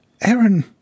Aaron